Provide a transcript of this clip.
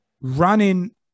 running